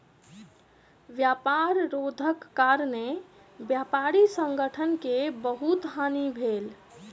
व्यापार रोधक कारणेँ व्यापारी संगठन के बहुत हानि भेल